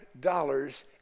dollars